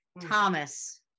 Thomas